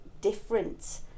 different